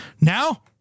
Now